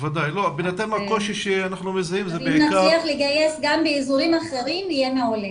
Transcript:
אז אם נצליח לגייס גם באזורים אחרים זה יהיה מעולה.